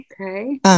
Okay